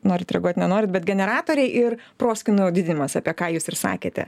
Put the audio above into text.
norit reaguot nenorit bet generatoriai ir proskynų didinimas apie ką jūs ir sakėte